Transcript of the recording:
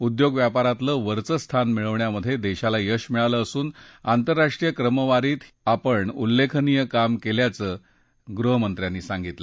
उद्योग व्यापारातलं वरचं स्थान मिळवण्यात देशाला यश मिळालं असून आंतरराष्ट्रीय क्रमवारीतही आपण उल्लेखनीय काम केल्याचं गृहमंत्र्यांनी सांगितलं